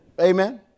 Amen